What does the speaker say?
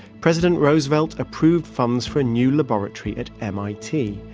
president roosevelt approved funds for a new laboratory at mit,